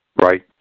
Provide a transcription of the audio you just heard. Right